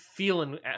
feeling